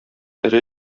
эре